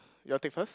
your take first